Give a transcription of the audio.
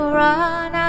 run